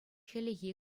хӗллехи